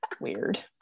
weird